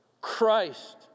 Christ